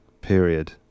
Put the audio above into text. period